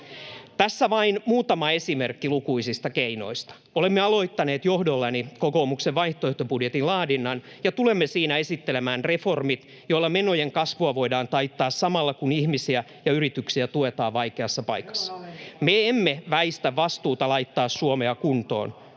Tässä vain muutama esimerkki lukuisista keinoista. Olemme aloittaneet johdollani kokoomuksen vaihtoehtobudjetin laadinnan ja tulemme siinä esittelemään reformit, [Sosiaalidemokraattien ryhmästä: Leikkauksia!] joilla menojen kasvua voidaan taittaa samalla, kun ihmisiä ja yrityksiä tuetaan vaikeassa paikassa. Me emme väistä vastuuta laittaa Suomea kuntoon.